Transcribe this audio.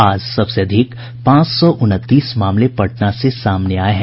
आज सबसे अधिक पांच सौ उनतीस मामले पटना से सामने आये हैं